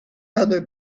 other